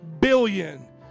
billion